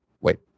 wait